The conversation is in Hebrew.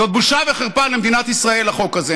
זאת בושה וחרפה למדינת ישראל, החוק הזה.